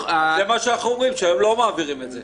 זה מה שאנחנו אומרים, שהיום לא מעבירים את זה.